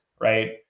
right